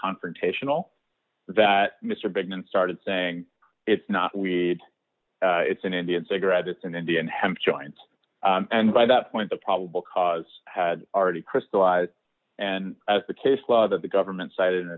confrontational that mr bittman started saying it's not weed it's an indian cigarette it's an indian hemp joint and by that point the probable cause had already crystallized and as the case law that the government side and